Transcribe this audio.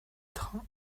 train